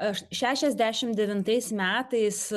aš šešiasdešim devintais metais